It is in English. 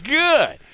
good